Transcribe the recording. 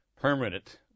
permanent